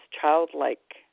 childlike